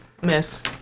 miss